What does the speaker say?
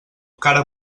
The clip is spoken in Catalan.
cara